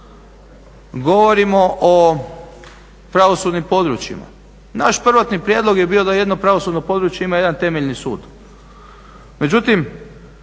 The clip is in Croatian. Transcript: Govorimo o pravosudnim područjima, naš prvotni prijedlog je bio da jedno pravosudno područje ima jedan temeljni sud,